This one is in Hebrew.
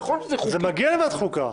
נכון שזה חוקי --- זה מגיע לוועדת החוקה.